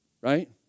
right